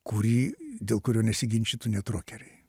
kurį dėl kurio nesiginčytų net rokeriai